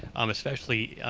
um especially,